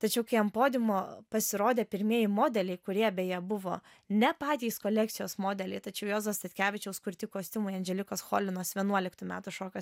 tačiau kai ant podiumo pasirodė pirmieji modeliai kurie beje buvo ne patys kolekcijos modeliai tačiau juozo statkevičiaus kurti kostiumai andželikos cholinos vienuoliktų metų šokio